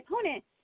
opponent